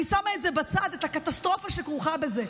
אני שמה את זה בצד, את הקטסטרופה שכרוכה בזה.